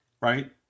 right